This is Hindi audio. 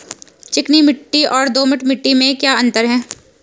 चिकनी मिट्टी और दोमट मिट्टी में क्या अंतर है?